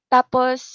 Tapos